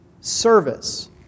service